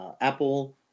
Apple